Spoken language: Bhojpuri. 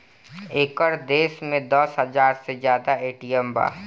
एकर देश में दस हाजार से जादा ए.टी.एम बा